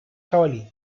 jabalí